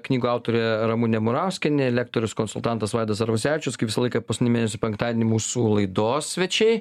knygų autorė ramunė murauskienė lektorius konsultantas vaidas arvasevičius kai visą laiką paskutinį mėnesio penktadienį mūsų laidos svečiai